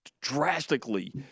drastically